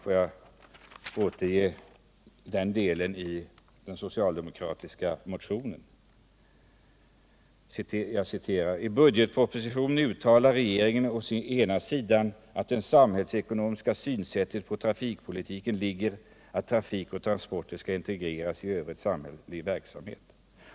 Får jag återge den delen i den socialdemokratiska motionen: ”I budgetpropositionen uttalar regeringen å ena sidan att "i det samhällsekonomiska synsättet på trafikpolitiken ligger att trafik och transporter skall integreras i övrig samhällelig verksamhet.